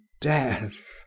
death